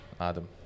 adam